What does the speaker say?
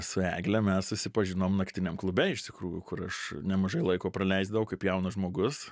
su egle mes susipažinom naktiniam klube iš tikrųjų kur aš nemažai laiko praleisdavau kaip jaunas žmogus